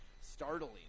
startling